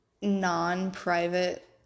non-private